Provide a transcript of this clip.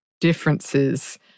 differences